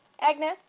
Agnes